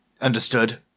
Understood